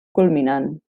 culminant